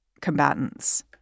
combatants